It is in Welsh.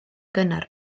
gynnar